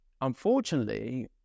unfortunately